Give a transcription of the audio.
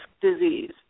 disease